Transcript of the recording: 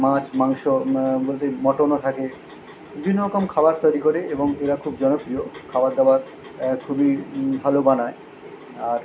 মাছ মাংস বলতে মটনও থাকে বিভিন্ন রকম খাবার তৈরি করে এবং এরা খুব জনপ্রিয় খাবার দাবার খুবই ভালো বানায় আর